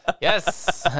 Yes